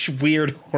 weird